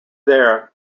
there